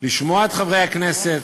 לשמוע את חברי הכנסת,